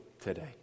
today